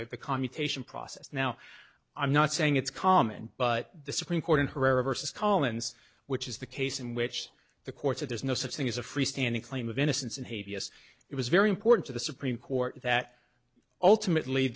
that the commutation process now i'm not saying it's common but the supreme court in herrera versus collins which is the case in which the courts are there's no such thing as a free standing claim of innocence and hey vs it was very important to the supreme court that ultimately